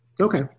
Okay